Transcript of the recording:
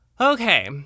Okay